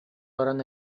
баран